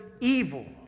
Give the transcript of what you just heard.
evil